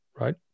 Right